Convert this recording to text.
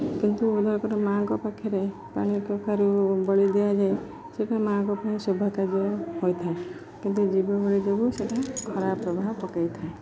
କିନ୍ତୁ ମା'ଙ୍କ ପାଖରେ ପାଣି ପଖାରୁ ବଳି ଦିଆଯାଏ ସେଟା ମା'ଙ୍କ ପାଇଁ ଶୋଭା କାର୍ଯ୍ୟ ହୋଇଥାଏ କିନ୍ତୁ ଜୀବ ଭଳି ଯୋଗୁଁ ସେଟା ଖରାପ ପ୍ରଭାବ ପକେଇଥାଏ